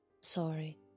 Sorry